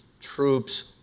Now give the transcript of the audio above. troops